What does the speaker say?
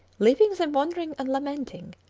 leaving them wondering and lamenting,